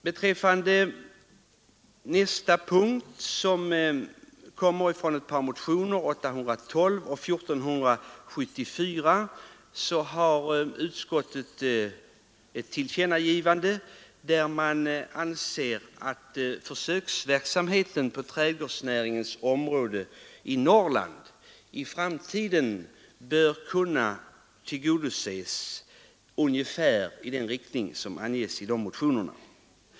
Beträffande nästa punkt som tillkommit med anledning av ett par motioner, 812 och 1474, gör utskottet ett tillkännagivande, där man framhåller att försöksverksamheten på trädgårdsnäringens område i Norrland i framtiden bör kunna tillgodoses ungefär på det sätt som anges i motionerna.